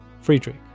Friedrich